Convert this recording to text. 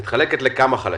שמתחלקת לכמה חלקים.